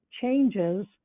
changes